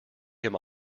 him